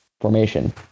formation